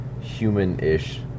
human-ish